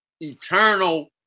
eternal